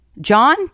John